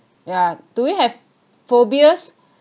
yeah do you have phobias